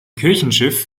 kirchenschiff